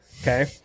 okay